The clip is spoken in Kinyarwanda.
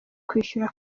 kwishura